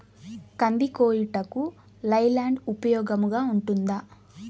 కంది కోయుటకు లై ల్యాండ్ ఉపయోగముగా ఉంటుందా?